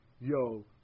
yo